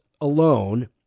alone